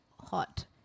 hot